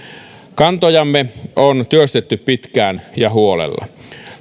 kantojamme on työstetty pitkään ja huolella